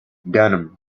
dunham